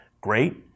great